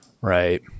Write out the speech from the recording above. Right